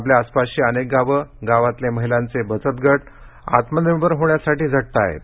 आपल्या आसपासची अनेक गावं गावांतले महिलांचे बचतगट आत्मनिर्भर होण्यासाठी झटताहेत